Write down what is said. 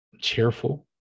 cheerful